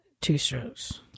two-strokes